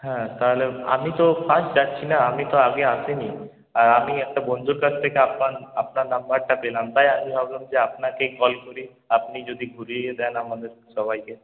হ্যাঁ তাহলে আমি তো ফার্স্ট যাচ্ছি না আমি তো আগে আসিনি আমি একটা বন্ধুর কাছ থেকে আপনার আপনার নাম্বারটা পেলাম তাই আমি ভাবলাম যে আপনাকেই কল করি আপনি যদি ঘুরিয়ে দেন আমাদের সবাইকে